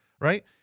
right